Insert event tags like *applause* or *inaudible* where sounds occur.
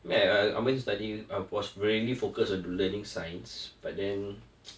*noise* I was just study I was really focused on learning science but then *noise*